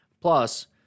Plus